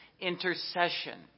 intercession